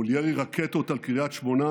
מול ירי רקטות על קריית שמונה,